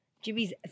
Jimmy's